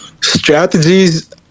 Strategies